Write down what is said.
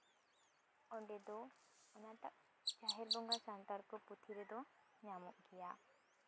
ᱚᱸᱰᱮ ᱫᱚ ᱚᱱᱟᱴᱟᱜ ᱡᱟᱦᱮᱨ ᱵᱚᱸᱜᱟ ᱥᱟᱱᱛᱟᱲ ᱠᱚ ᱯᱩᱛᱷᱤ ᱨᱮᱫᱚ ᱧᱟᱢᱚᱜ ᱜᱮᱭᱟ